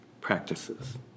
practices